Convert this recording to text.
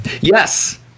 Yes